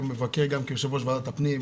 היה מבקר כיו"ר ועדת הפנים,